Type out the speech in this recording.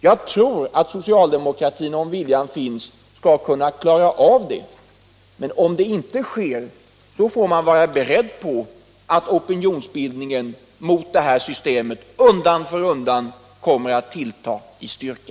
Jag tror att socialdemokratin, om viljan finns, skall kunna klara av det. Men om det inte sker, då får man vara beredd på att opinionsbildningen mot detta system undan för undan kommer att tillta i styrka.